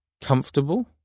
comfortable